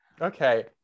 okay